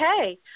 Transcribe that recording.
Okay